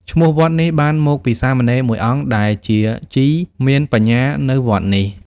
ឈ្មោះវត្តនេះបានមកពីសាមណេរមួយអង្គដែលជាជីមានបញ្ញានៅវត្តនោះ។